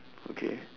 okay